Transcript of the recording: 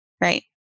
Right